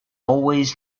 always